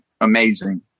amazing